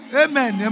amen